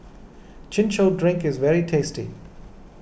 Chin Chow Drink is very tasty